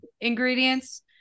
ingredients